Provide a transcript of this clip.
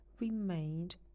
remained